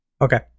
okay